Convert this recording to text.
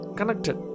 connected